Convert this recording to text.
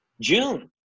June